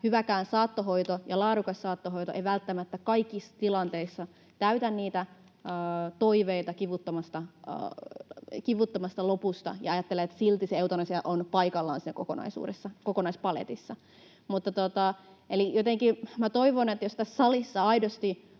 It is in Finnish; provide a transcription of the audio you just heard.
hyväkään saattohoito ja laadukas saattohoito ei välttämättä kaikissa tilanteissa täytä niitä toiveita kivuttomasta lopusta, ja ajattelen, että silti se eutanasia on paikallaan siinä kokonaisuudessa, kokonaispaletissa. Eli